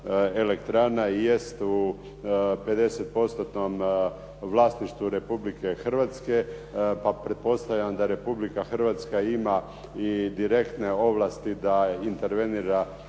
elektrana jest u 50%-tnom vlasništvu Republike Hrvatske. Pa pretpostavljam da Republika Hrvatska ima i direktne ovlasti da intervenira